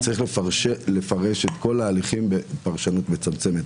צריך לפרש את כל ההליכים בפרשנות מצמצמת.